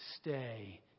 stay